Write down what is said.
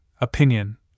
opinion